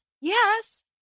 Yes